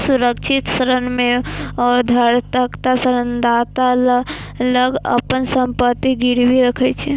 सुरक्षित ऋण मे उधारकर्ता ऋणदाता लग अपन संपत्ति गिरवी राखै छै